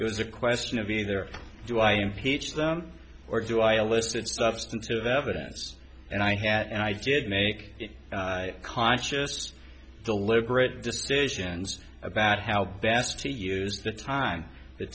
it was a question of either do i impeach them or do i elicit substantive evidence and i had and i did make a conscious deliberate decisions about how best to use the time the